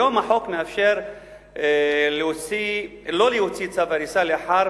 היום החוק מאפשר שלא להוציא צו הריסה לאחר